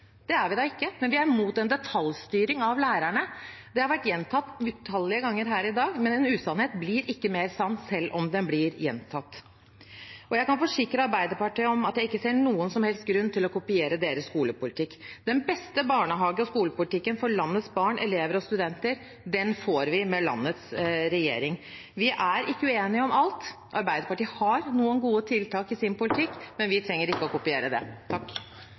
Det er vi da ikke, men vi er imot en detaljstyring av lærerne. Det har vært gjentatt utallige ganger her i dag, men en usannhet blir ikke mer sann om den blir gjentatt. Jeg kan forsikre Arbeiderpartiet om at jeg ikke ser noen som helst grunn til å kopiere deres skolepolitikk. Den beste barnehagepolitikken og skolepolitikken for landets barn, elever og studenter får vi med landets regjering. Vi er ikke uenige om alt, Arbeiderpartiet har noen gode tiltak i sin politikk, men vi trenger ikke å kopiere den. Det